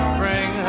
bring